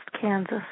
Kansas